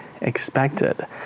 expected